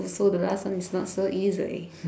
so the last one is not so easy